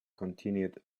continued